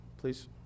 please